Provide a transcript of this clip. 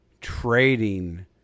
trading